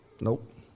Nope